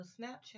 Snapchat